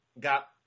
got